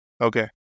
Okay